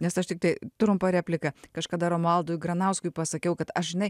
nes aš tiktai trumpą repliką kažkada romualdui granauskui pasakiau kad aš žinai